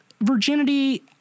virginity